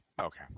Okay